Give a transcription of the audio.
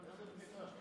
איזה בדיחה?